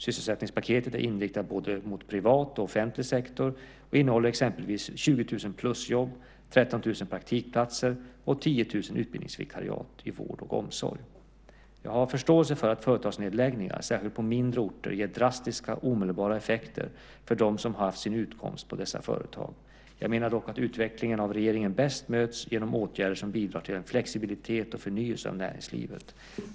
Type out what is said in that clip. Sysselsättningspaketet är inriktat mot både privat och offentlig sektor och innehåller exempelvis 20 000 plusjobb, 13 000 praktikplatser och 10 000 utbildningsvikariat i vård och omsorg. Jag har förståelse för att företagsnedläggningar, särskilt på mindre orter, ger drastiska omedelbara effekter för dem som har haft sin utkomst hos dessa företag. Jag menar dock att utvecklingen bäst möts av regeringen genom åtgärder som bidrar till en flexibilitet och förnyelse av näringslivet.